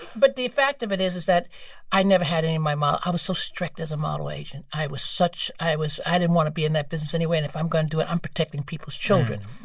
but the fact of it is is that i never had any of my i was so strict as a model agent. i was such i was i didn't want to be in that business anyway. and if i'm going to do it, i'm protecting people's children.